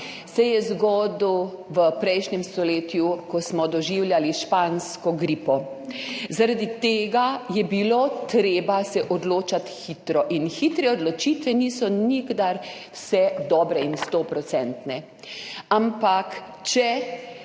se je zgodil v prejšnjem stoletju, ko smo doživljali špansko gripo. Zaradi tega se je bilo treba odločati hitro, in hitre odločitve niso nikdar vse dobre in stoprocentne. Ampak če